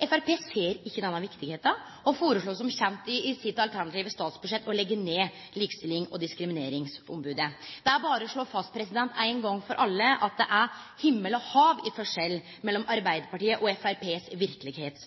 Framstegspartiet ser ikkje denne viktigheita, og foreslo som kjent i sitt alternative statsbudsjett å leggje ned likestillings- og diskrimineringsombodet. Det er berre å slå fast ein gong for alle at det er himmel og hav i forskjell mellom Arbeidarpartiets og